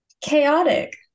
Chaotic